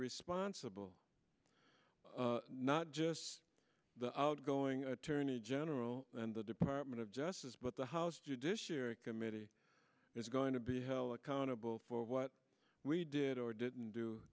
responsible not just the outgoing attorney general and the department of justice but the house judiciary committee is going to be held accountable for what we did or didn't do